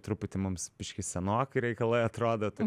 truputį mums biškį senoki reikalai atrodo tai